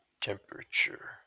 temperature